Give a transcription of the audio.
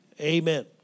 amen